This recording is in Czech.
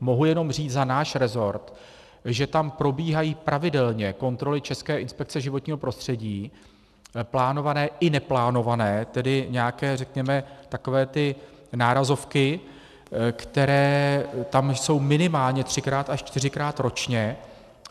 Mohu jenom říct za náš rezort, že tam probíhají pravidelně kontroly České inspekce životního prostředí plánované i neplánované, tedy nějaké řekněme takové ty nárazovky, které tam jsou minimálně třikrát až čtyřikrát ročně,